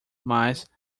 mas